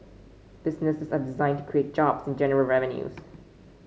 businesses are designed to create jobs and generate revenues